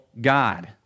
God